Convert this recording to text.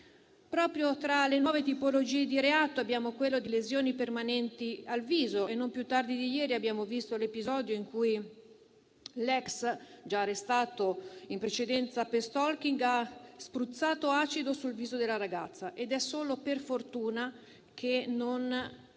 Proprio tra le nuove tipologie di reato abbiamo quello di lesioni permanenti al viso e non più tardi di ieri abbiamo visto l'episodio in cui l'ex, già arrestato in precedenza per *stalking*, ha spruzzato acido sul viso della ragazza ed è solo per fortuna che non